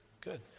Good